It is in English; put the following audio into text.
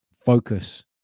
Focus